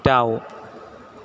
दाउ